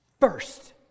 first